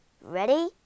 Ready